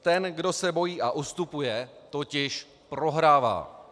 Ten, kdo se bojí a ustupuje, totiž prohrává.